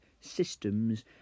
systems